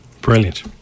Brilliant